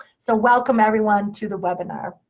so welcome everyone to the webinar.